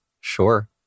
Sure